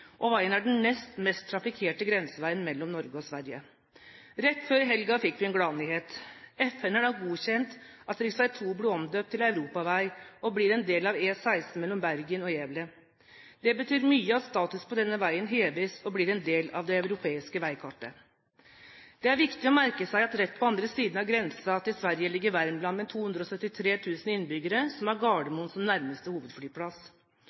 er den nest mest trafikkerte grenseveien mellom Norge og Sverige. Rett før helgen fikk vi en gladnyhet. FN har nå godkjent at rv. 2 blir omdøpt til europavei og blir en del av E16 mellom Bergen og Gävle. Det betyr mye at status på denne veien heves, og at den blir en del av det europeiske veikartet. Det er viktig å merke seg at rett på andre siden av grensen til Sverige ligger Värmland med 273 000 innbyggere, som har Gardermoen som nærmeste hovedflyplass.